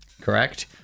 correct